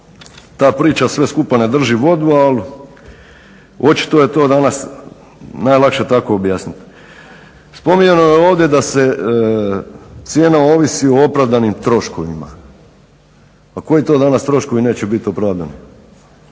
ta priča sve skupa ne drži vodu al očito je to danas najlakše tako objasnit. Spominjano je ovdje da se cijena ovisi o opravdanim troškovima. Pa koji to danas troškovi neće biti opravdani.